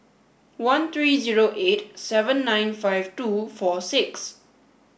one three zero eight seven nine five two four six